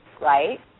right